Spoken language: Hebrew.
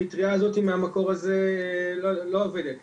הפטריה הזאת מהמקור הזה לא עובדת,